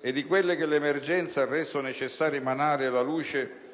e di quelle che l'emergenza ha reso necessario emanare alla luce